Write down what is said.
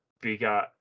bigger